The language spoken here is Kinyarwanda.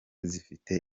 zifite